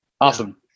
Awesome